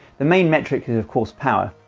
the main metric is of course power.